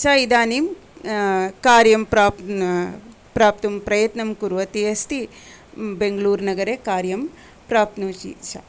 सा इदानीं कार्यं प्राप्नु प्राप्तुं प्रयत्नं कुर्वती अस्ति बेङ्गलूरुनगरे कार्यं प्राप्नोति सा